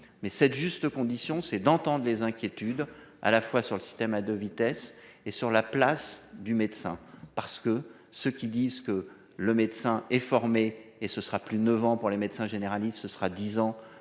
Mais cette juste condition c'est d'entendre les inquiétudes à la fois sur le système à 2 vitesses et sur la place du médecin parce que ceux qui disent que le médecin est formé et ce sera plus 9 ans pour les médecins généralistes, ce sera 10 ans, je